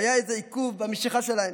והיה איזה עיכוב במשיכה שלהם.